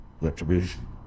retribution